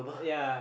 yeah